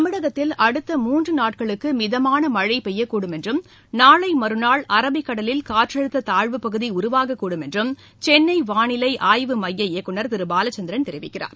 தமிழகத்தில் அடுத்த மூன்று நாட்களுக்கு மிதமான மழை பெய்யக்கூடும் என்றும் நாளை மறுநாள் அரபிக் கடலில் காற்றழுத்த தாழ்வு பகுதி உருவாகக் கூடும் என்றும் சென்னை வானிலை ஆய்வு மைய இயக்குநர் திரு ப ாலச்சந்திரன் தெரிவிக்கிறார்